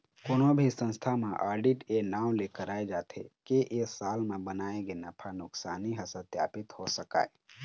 कोनो भी संस्था म आडिट ए नांव ले कराए जाथे के ए साल म बनाए गे नफा नुकसानी ह सत्पापित हो सकय